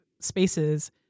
spaces